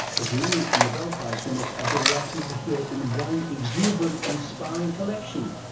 as many nobel prize winners as you're likely to hear in one exuberant inspiring collection.